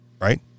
right